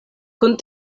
kun